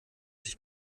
sich